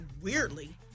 weirdly